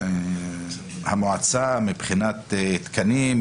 מבחינת תקנים,